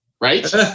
Right